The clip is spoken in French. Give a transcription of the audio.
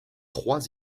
trois